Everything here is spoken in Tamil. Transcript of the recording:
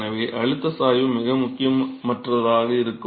எனவே அழுத்தம் சாய்வு மிக முக்கியமற்றதாக இருக்கும்